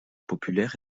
populaire